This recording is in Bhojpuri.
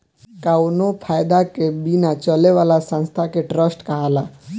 कावनो फायदा के बिना चले वाला संस्था के ट्रस्ट कहाला